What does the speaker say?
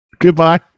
Goodbye